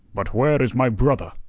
but where is my brother?